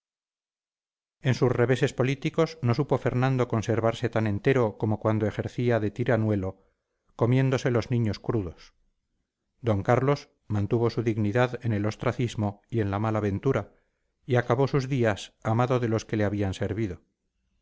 en sus reveses políticos no supo fernando conservarse tan entero como cuando ejercía de tiranuelo comiéndose los niños crudos d carlos mantuvo su dignidad en el ostracismo y en la mala ventura y acabó sus días amado de los que le habían servido